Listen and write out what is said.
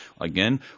again